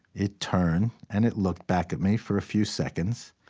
it turned, and it looked back at me for a few seconds,